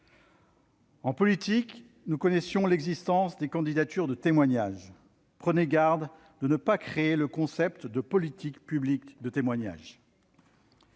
En politique, nous connaissions l'existence des « candidatures de témoignage ». Prenez garde de ne pas créer le concept de « politique publique de témoignage